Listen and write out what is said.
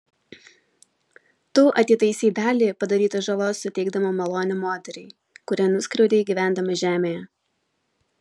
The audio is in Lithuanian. tu atitaisei dalį padarytos žalos suteikdama malonę moteriai kurią nuskriaudei gyvendama žemėje